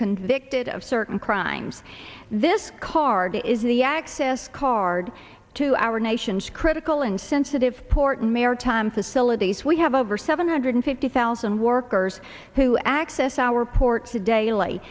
convicted of certain crimes this card is the access card to our nation's critical and sensitive port and maritime facilities we have over seven hundred fifty thousand workers who access our ports a daily